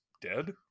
dead